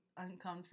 uncomfort